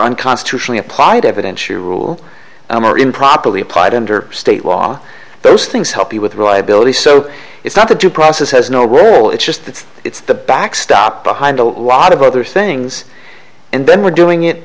unconstitutionally applied evidence or rule or improperly applied under state law those things help you with reliability so it's not the due process has no role it's just that it's the backstop behind a lot of other things and then we're doing it